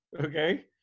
okay